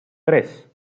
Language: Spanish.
tres